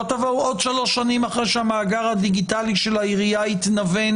לא תבואו עוד שלוש שנים אחרי שהמאגר הדיגיטלי של העירייה יתנוון